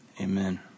amen